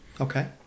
Okay